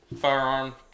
Firearm